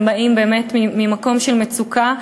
הם באים באמת ממקום של מצוקה.